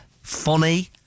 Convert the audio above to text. funny